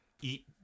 eat